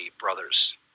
brothers